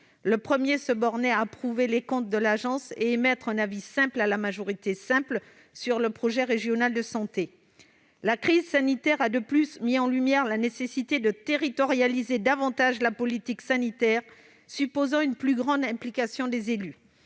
Le premier se bornait à approuver les comptes de l'agence et à émettre un avis simple à la majorité simple, sur le projet régional de santé. De plus, la crise sanitaire a mis en lumière la nécessité de territorialiser davantage la politique sanitaire, supposant une plus grande implication des élus.